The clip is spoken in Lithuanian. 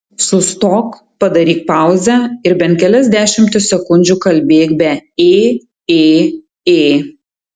sustok padaryk pauzę ir bent kelias dešimtis sekundžių kalbėk be ė ė ė